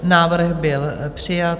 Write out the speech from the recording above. Návrh byl přijat.